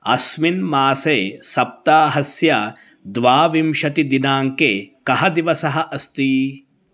अस्मिन् मासे सप्ताहस्य द्वाविंशतिदिनाङ्के कः दिवसः अस्ति